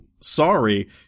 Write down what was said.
sorry